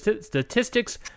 Statistics